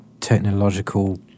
technological